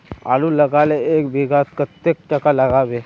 आलूर लगाले एक बिघात कतेक टका लागबे?